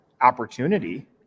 opportunity